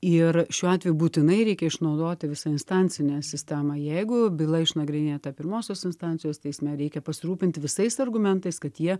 ir šiuo atveju būtinai reikia išnaudoti visą instancinę sistemą jeigu byla išnagrinėta pirmosios instancijos teisme reikia pasirūpint visais argumentais kad jie